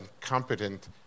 competent